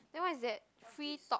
then what is that free talk